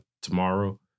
tomorrow